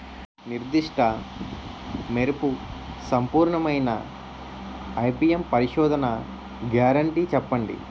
నిర్దిష్ట మెరుపు సంపూర్ణమైన ఐ.పీ.ఎం పరిశోధన గ్యారంటీ చెప్పండి?